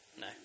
No